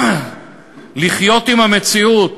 לחיות עם המציאות